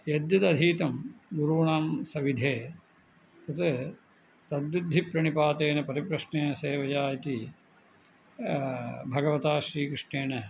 यद्यदधीतं गुरूणां सविधे तत् तद्विद्धिप्रणिपातेन परिप्रश्ने सेवया इति भगवता श्रीकृष्णेन